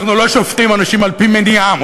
אנחנו לא שופטים אנשים על-פי מניעם.